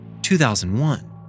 2001